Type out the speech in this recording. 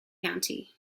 county